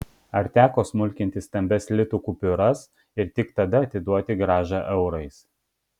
ar teko smulkinti stambias litų kupiūras ir tik tada atiduoti grąžą eurais